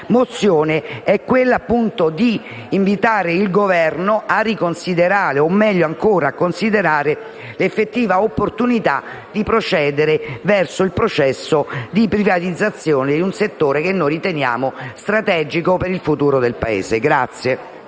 mozione è l'invito al Governo a riconsiderare - o meglio ancora a considerare - l'effettiva opportunità di procedere verso il processo di privatizzazione in un settore che noi riteniamo strategico per il futuro del Paese.